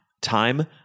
time